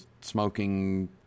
smoking